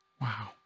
wow